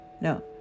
No